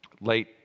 late